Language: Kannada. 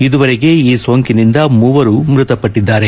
ಇದುವರೆಗೆ ಈ ಸೋಂಕಿನಿಂದ ಮೂವರು ಮೃತಪಟ್ಟಿದ್ದಾರೆ